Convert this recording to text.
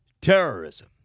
terrorism